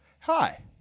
Hi